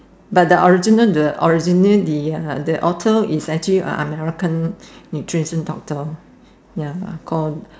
but the original the original the uh the author is actually a American nutrition doctor ya uh called